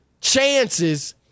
chances